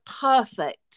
perfect